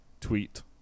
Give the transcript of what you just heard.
tweet